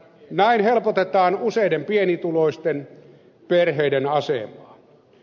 näin helpotetaan useiden pienituloisten perheiden asemaa